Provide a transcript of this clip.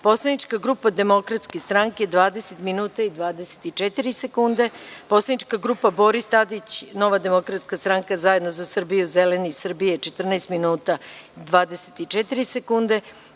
Poslanička grupa Demokratska stranka – 20 minuta i 24 sekunde; Poslanička grupa BORIS TADIĆ – Nova demokratska stranka, Zajedno za Srbiju, Zeleni Srbije – 14 minuta i 24 sekunde;